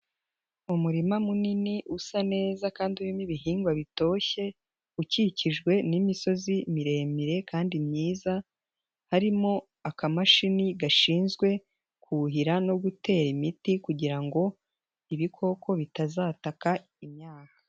Umurima munini usa neza kandi urimo ibihingwa bitoshye, ukikijwe n'imisozi miremire kandi myiza, harimo akamashini gashinzwe kuhira no gutera imiti kugira ngo ibikoko bitazataka imyaka.